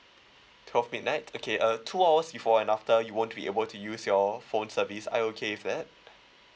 twelve midnight okay uh two hours before and after you won't be able to use your phone service are you okay with that